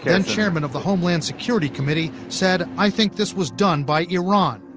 then-chairman of the homeland security committee, said, i think this was done by iran.